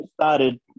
started